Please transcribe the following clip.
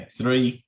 three